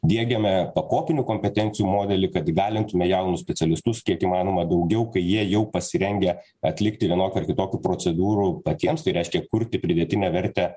diegiame pakopinių kompetencijų modelį kad įgalintume jaunus specialistus kiek įmanoma daugiau kai jie jau pasirengę atlikti vienokių ar kitokių procedūrų patiems tai reiškia kurti pridėtinę vertę